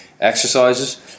exercises